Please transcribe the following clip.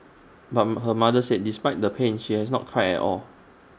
but her mother said despite the pain she has not cried at all